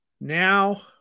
Now